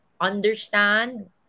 understand